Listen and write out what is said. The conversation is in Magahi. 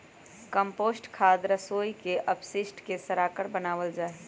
कम्पोस्ट खाद रसोई के अपशिष्ट के सड़ाकर बनावल जा हई